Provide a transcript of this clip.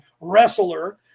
wrestler